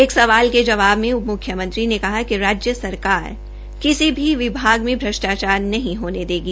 एक सवाल के जवाब मे उप म्ख्यमंत्री ने कहा कि राज्य सरकार किसी भी विभाग में श्रष्टाचार नहीं होने दिया जोगा